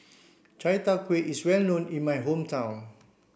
Chai Tow Kway is well known in my hometown